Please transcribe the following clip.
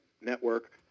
network